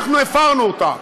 אנחנו הפרנו אותה.